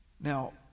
Now